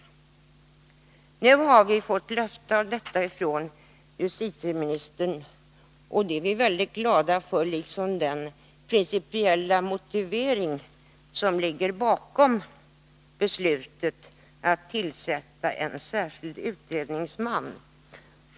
Nu har vi fått löfte om detta av justitieministern, och det är vi mycket glada för, liksom för den principiella motivering som ligger bakom beslutet att tillsätta en särskild utredningsman.